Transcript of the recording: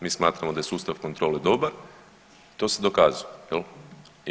Mi smatramo da je sustav kontrole dobar i to se dokazuje jel.